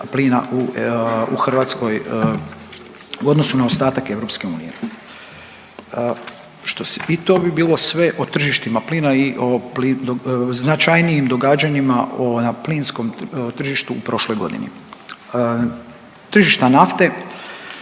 plina u Hrvatskoj u odnosu na ostatak EU. I to bi bilo sve o tržištima plina i značajnijim događanjima na plinskom tržištu u prošloj godini. Tržišta nafte.